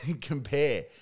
compare